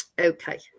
okay